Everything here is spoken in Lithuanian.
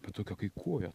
bet tokia kai koja